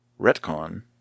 retcon